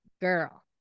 girl